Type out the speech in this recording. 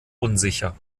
unsicher